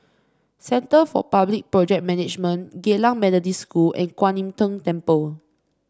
Centre for Public Project Management Geylang Methodist School and Kwan Im Tng Temple